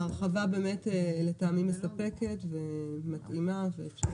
ההרחבה באמת לטעמי מספקת ומתאימה.